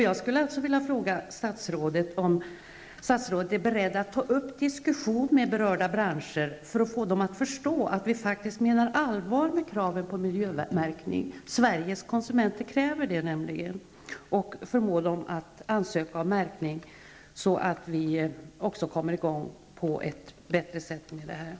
Jag vill fråga statsrådet om statsrådet är beredd att ta upp en diskussion med berörda branscher för att få dem att förstå att vi faktiskt menar allvar med kraven på miljömärkning -- Sveriges konsumenter kräver det nämligen -- och för att förmå dem att ansöka om märkning för att bättre komma i gång.